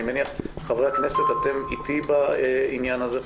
חברי הכנסת אתם איתי בעניין הזה?